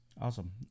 Awesome